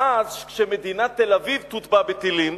ואז, כשמדינת תל-אביב תוטבע בטילים,